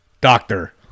Doctor